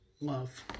love